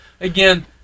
again